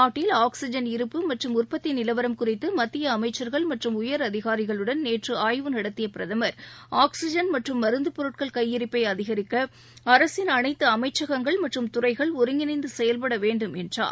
நாட்டில் ஆக்ஸிஜன் இருப்பு மற்றும் உற்பத்தி நிலவரம் குறித்து மத்திய அமைச்சர்கள் மற்றும் உயர் அதிகாரிகளுடன் நேற்று ஆய்வு நடத்திய பிரதமர் ஆக்ஸிஜன் மற்றும் மருந்து பொருட்கள் கையிருப்பை அதிகரிக்க அரசின் அனைத்து அமைச்சகங்கள் மற்றும் துறைகள் ஒருங்கிணைந்து செயல்பட வேண்டும் என்றார்